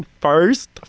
first